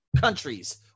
countries